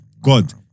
God